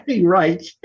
right